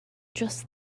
just